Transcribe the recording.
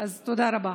תודה רבה.